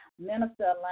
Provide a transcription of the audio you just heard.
Minister